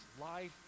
life